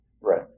Right